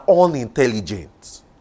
unintelligent